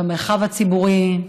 במרחב הציבורי,